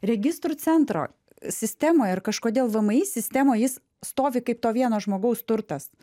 registrų centro sistemoje ir kažkodėl vmi sistemoj jis stovi kaip to vieno žmogaus turtas